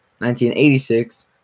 1986